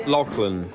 Lachlan